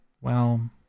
Well